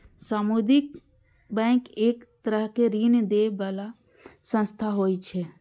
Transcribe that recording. सामुदायिक बैंक एक तरहक ऋण दै बला संस्था होइ छै